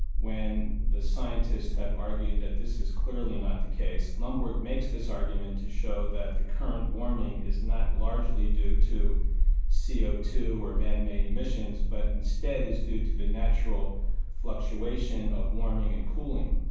when the scientists have argued that this is clearly not the case. lomborg makes this argument to show that the current warming is not largely due to co ah two or manmade emissions but instead is due to the natural fluctuation of warming and cooling.